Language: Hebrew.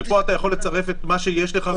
ופה אתה יכול לצרף את מה שיש לך.